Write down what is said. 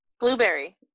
Blueberry